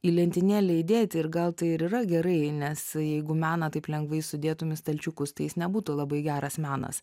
į lentynėlę įdėti ir gal tai ir yra gerai nes jeigu meną taip lengvai sudėtum į stalčiukus tai jis nebūtų labai geras menas